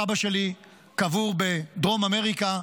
סבא שלי קבור בדרום אמריקה,